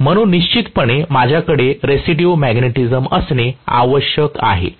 म्हणून निश्चितपणे माझ्याकडे रेसिड्यू मॅग्नेटिझम असणे आवश्यक आहे